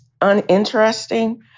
uninteresting